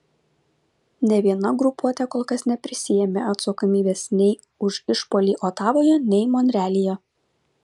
nė viena grupuotė kol kas neprisiėmė atsakomybės nei už išpuolį otavoje nei monrealyje